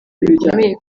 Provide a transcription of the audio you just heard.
bikomeye